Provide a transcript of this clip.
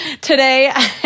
today